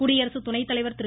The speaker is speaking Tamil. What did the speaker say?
குடியரசு துணைத்தலைவா் திரு